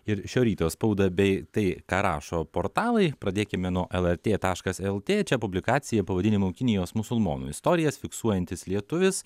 ir šio ryto spaudą bei tai ką rašo portalai pradėkime nuo lrt taškas lt čia publikacija pavadinimu kinijos musulmonų istorijas fiksuojantis lietuvis